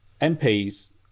MPs